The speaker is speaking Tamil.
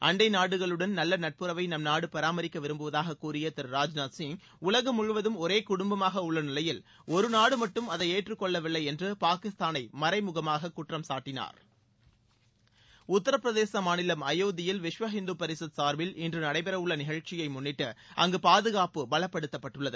அண்டை நாடுகளுடன் நல்ல நட்புறவை நம் நாடு பராமரிக்க விரும்புவதாக கூறிய திரு ராஜ்நாத் சிங் உலகம் முழுவதும் ஒரே குடும்பமாக உள்ள நிலையில் ஒரு நாடு மட்டும் அதை ஏற்றுக்கொள்ளவில்லை என்று பாகிஸ்தானை மறைமுகமாக குற்றம்சாட்டினார் உத்தரபிரதேச மாநிலம் அயோத்தியில் விஸ்வ இந்து பரிஷத் சார்பில் இன்று நடைபெறவுள்ள நிகழ்ச்சியை முன்னிட்டு அங்கு பாதுகாப்பு பலப்படுத்தப்பட்டுள்ளது